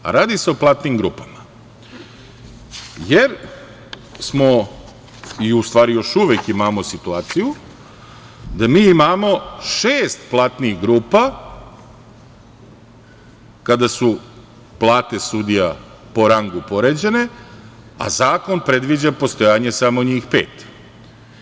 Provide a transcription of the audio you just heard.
Radi se o platnim grupama, jer smo, i u stvari još uvek imamo situaciju da mi imamo šest platnih grupa kada su plate sudija po rangu poređane, a zakon predviđa postojanje samo njih pet.